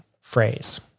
phrase